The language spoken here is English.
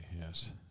yes